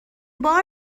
بار